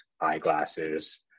eyeglasses